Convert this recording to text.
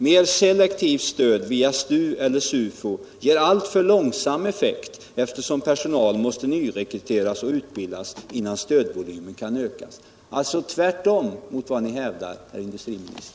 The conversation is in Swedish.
Mer selektivt stöd via STU eller SUFO ger alltför långsam effekt eftersom personal måste nyrekryteras och utbildas innan stödvolymen kan ökas.” Det är alltså tvärtemot mot vad ni hävdar, herr industriminister.